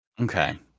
Okay